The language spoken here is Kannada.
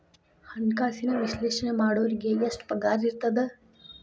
ಹಣ್ಕಾಸಿನ ವಿಶ್ಲೇಷಣೆ ಮಾಡೋರಿಗೆ ಎಷ್ಟ್ ಪಗಾರಿರ್ತದ?